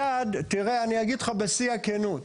אני אגיד לך בשיא הכנות,